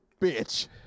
bitch